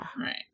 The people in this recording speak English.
right